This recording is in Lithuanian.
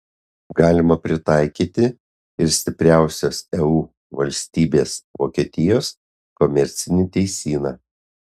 galima pritaikyti ir stipriausios eu valstybės vokietijos komercinį teisyną